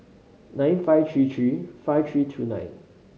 nine five three three five three two nine